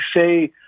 say